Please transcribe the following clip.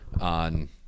on